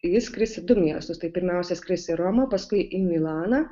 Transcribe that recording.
jis skris į du miestus tai pirmiausia skris į romą paskui į milaną